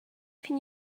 can